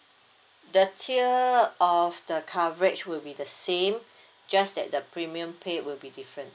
the tier of the coverage will be the same just that the premium pay will be different